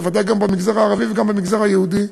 בוודאי גם במגזר הערבי וגם במגזר היהודי,